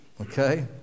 Okay